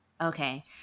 Okay